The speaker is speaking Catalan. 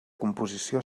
composició